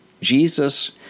Jesus